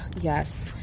Yes